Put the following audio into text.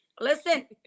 Listen